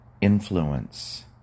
influence